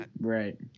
Right